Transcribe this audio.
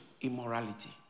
immorality